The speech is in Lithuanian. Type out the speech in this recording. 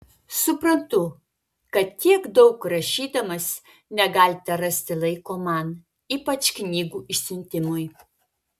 suprantu kad tiek daug rašydamas negalite rasti laiko man ypač knygų išsiuntimui